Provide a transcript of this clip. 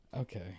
Okay